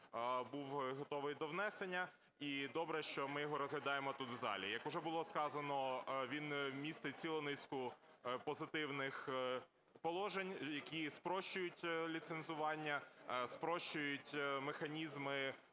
він містить цілу низку позитивних положень, які спрощують ліцензування, спрощують